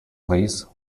please